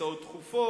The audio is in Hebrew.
של הצעות דחופות,